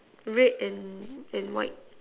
red and and white